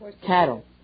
cattle